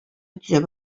төзәп